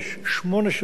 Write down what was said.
אתה צריך לקבל היום החלטה.